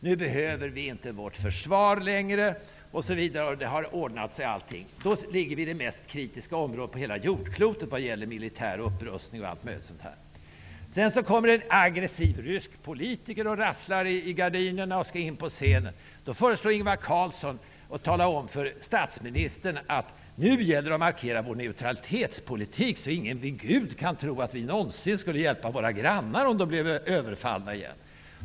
Nu behöver vi inte längre vårt försvar osv. Allting har ordnat sig. Ändå ligger vi i det mest kritiska området på hela jordklotet vad gäller militär upprustning etc. Sedan kommer en aggressiv rysk politiker och rasslar i gardinerna och skall in på scenen. Då talar Ingvar Carlsson om för statsministern att det nu gäller att markera vår neutralitetspolitik, så att ingen vid Gud kan tro att vi någonsin skulle hjälpa våra grannar, om de skulle bli överfallna igen.